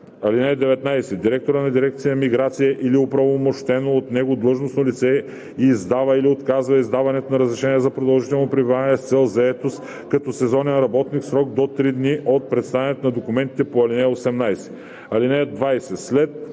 ал. 1. (19) Директорът на дирекция „Миграция“ или оправомощено от него длъжностно лице издава или отказва издаването на разрешение за продължително пребиваване с цел заетост като сезонен работник в срок до три дни от представянето на документите по ал. 18. (20) След